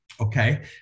Okay